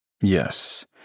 Yes